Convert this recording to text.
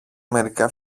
μερικά